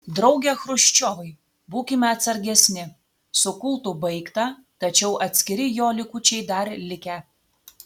drauge chruščiovai būkime atsargesni su kultu baigta tačiau atskiri jo likučiai dar likę